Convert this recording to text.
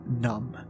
numb